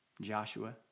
Joshua